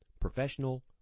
Professional